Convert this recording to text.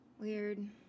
Weird